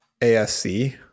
ASC